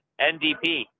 NDP